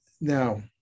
Now